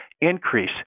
increase